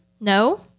No